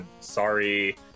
Sorry